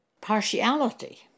partiality